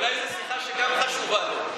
אולי היא שיחה שגם חשובה לו.